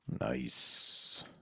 Nice